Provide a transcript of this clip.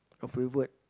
your favourite